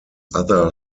other